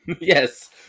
Yes